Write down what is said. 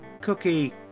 cookie